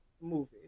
movie